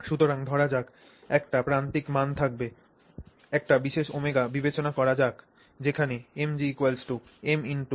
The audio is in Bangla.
সুতরাং ধরা যাক একটি প্রান্তিক মান থাকবে একটি বিশেষ ω বিবেচনা করা যাক যেখানে mgmrωc2